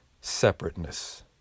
separateness